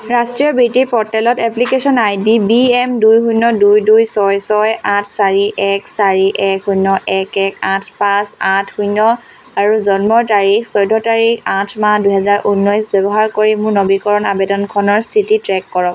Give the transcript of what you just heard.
ৰাষ্ট্ৰীয় বৃত্তি প'ৰ্টেলত application I D B M দুই শূন্য দুই দুই ছয় ছয় আঠ চাৰি এক চাৰি এক শূন্য এক এক আঠ পাঁচ আঠ শূন্য আৰু জন্মৰ তাৰিখ চৈধ্য তাৰিখ আঠ মাহ দুই হাজাৰ ঊনৈছ ব্যৱহাৰ কৰি মোৰ নৱীকৰণ আৱেদনখনৰ স্থিতি ট্ৰে'ক কৰক